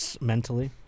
mentally